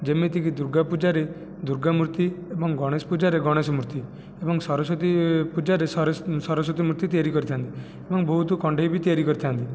ଯେମିତିକି ଦୁର୍ଗା ପୂଜାରେ ଦୁର୍ଗା ମୂର୍ତ୍ତି ଏବଂ ଗଣେଶ ପୂଜାରେ ଗଣେଶ ମୂର୍ତ୍ତି ଏବଂ ସରସ୍ଵତୀ ପୂଜାରେ ସରସ୍ଵତୀ ମୂର୍ତ୍ତି ତିଆରି କରିଥାନ୍ତି ଏବଂ ବହୁତ କଣ୍ଢେଇ ବି ତିଆରି କରିଥାନ୍ତି